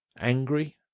Angry